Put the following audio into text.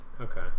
Okay